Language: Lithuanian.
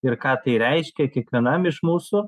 ir ką tai reiškia kiekvienam iš mūsų